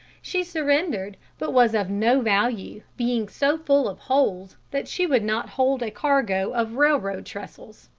she surrendered, but was of no value, being so full of holes that she would not hold a cargo of railroad-trestles.